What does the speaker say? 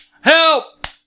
Help